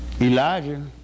Elijah